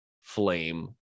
flame